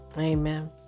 Amen